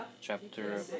chapter